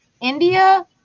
India